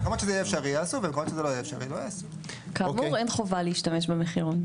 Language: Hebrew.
כאמור, אין חובה להשתמש במחירון.